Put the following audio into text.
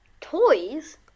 Toys